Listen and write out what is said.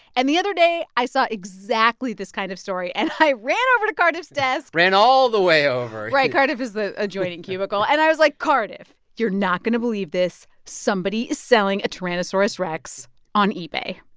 and the other day, i saw exactly this kind of story. and i ran over to cardiff's desk ran all the way over right. cardiff is the adjoining cubicle. and i was like cardiff, you're not going to believe this somebody is selling a tyrannosaurus rex on ebay